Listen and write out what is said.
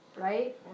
Right